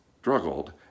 struggled